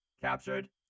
captured